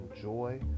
joy